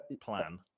plan